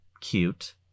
cute